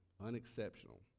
Unexceptional